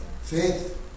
Faith